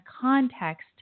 context